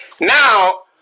now